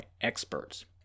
experts